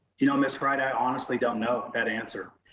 you know, ms. wright, i honestly don't know that answer.